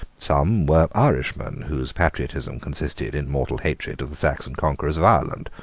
some were irishmen, whose patriotism consisted in mortal hatred of the saxon conquerors of ireland.